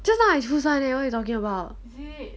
just now I choose one eh what you talking about